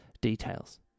Details